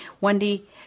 Wendy